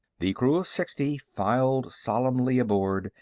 the crew of sixty filed solemnly aboard,